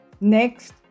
Next